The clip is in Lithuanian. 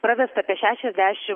pravesta apie šešiasdešim